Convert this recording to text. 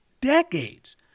decades